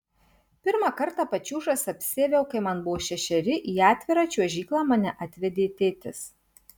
pirmą kartą pačiūžas apsiaviau kai man buvo šešeri į atvirą čiuožyklą mane atvedė tėtis